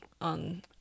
on